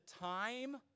time